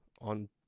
on